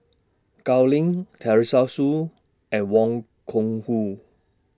Gao Ning Teresa Hsu and Wang Gungwu